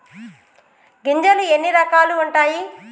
గింజలు ఎన్ని రకాలు ఉంటాయి?